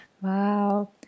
Wow